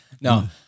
No